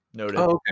Okay